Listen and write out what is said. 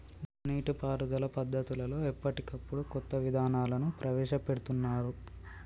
నీటి పారుదల పద్దతులలో ఎప్పటికప్పుడు కొత్త విధానాలను ప్రవేశ పెడుతాన్రు